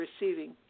receiving